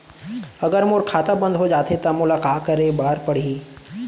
अगर मोर खाता बन्द हो जाथे त मोला का करे बार पड़हि?